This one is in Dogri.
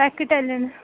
पैकेट आह्ले न